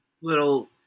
little